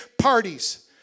parties